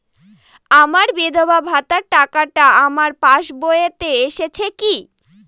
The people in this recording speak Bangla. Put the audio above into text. আমার বিধবা ভাতার টাকাটা আমার পাসবইতে এসেছে কি?